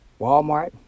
Walmart